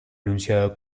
anunciado